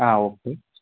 ആ ഓക്കെ